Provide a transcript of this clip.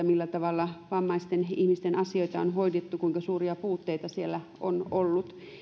millä tavalla vammaisten ihmisten asioita on hoidettu kuinka suuria puutteita siellä on ollut